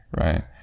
right